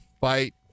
fight